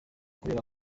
kubera